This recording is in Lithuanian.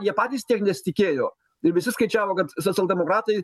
jie patys tiek nesitikėjo ir visi skaičiavo kad socialdemokratai